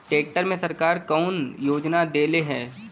Tractor मे सरकार कवन योजना देले हैं?